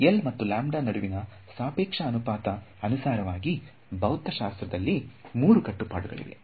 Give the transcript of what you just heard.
L ಮತ್ತು ನಡುವಿನ ಸಾಪೇಕ್ಷ ಅನುಪಾತ ಅನುಸಾರವಾಗಿ ಭೌತಶಾಸ್ತ್ರದಲ್ಲಿ 3 ಕಟ್ಟುಪಾಡುಗಳಿವೆ